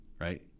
right